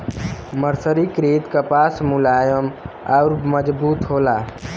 मर्सरीकृत कपास मुलायम आउर मजबूत होला